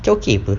macam okay apa